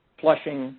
flushing,